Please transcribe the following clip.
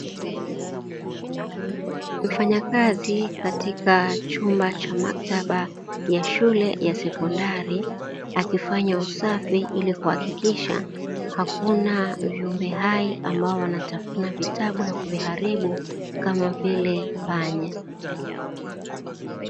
Mfanyakazi katika chumba cha maktaba ya sekondari akifanya usafi ili kuhakikisha hakuna viumbe hai ambao wanatafuna vitabu na kuviharibu kama vile panya.